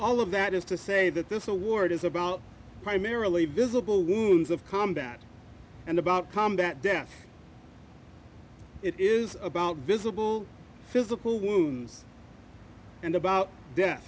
all of that is to say that this award is about primarily visible wounds of combat and about combat death it is about visible physical wounds and about dea